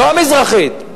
לא המזרחית,